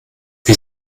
wir